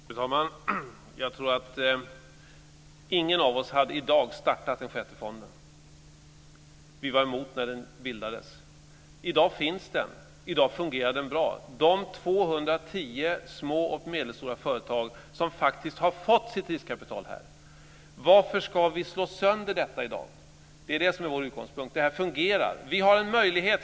Fru talman! Jag tror inte att någon av oss i dag hade startat den sjätte fonden. Vi var emot den när den bildades. I dag finns den. I dag fungerar den bra. 210 små och medelstora företag har faktiskt fått sitt riskkapital därifrån. Varför ska vi slå sönder detta i dag? Det är det som är vår utgångspunkt. Det här fungerar.